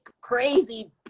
crazy